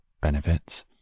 benefits